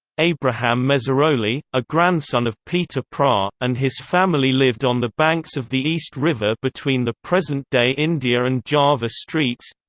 abraham meserole, a grandson of pieter praa, and his family lived on the banks of the east river between the present day india and java streets